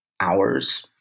hours